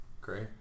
Great